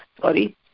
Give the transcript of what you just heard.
Sorry